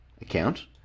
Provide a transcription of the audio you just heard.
account